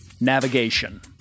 Navigation